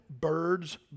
birds